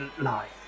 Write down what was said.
life